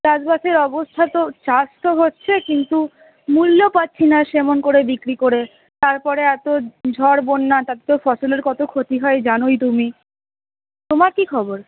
চাষ বাসের অবস্থা তো চাষ তো হচ্ছে কিন্তু মূল্য পাচ্ছিনা সেমন করে বিক্রি করে তারপরে এত ঝড় বন্যা তাতে তো ফসলের কত ক্ষতি হয় জানোই তুমি তোমার কী খবর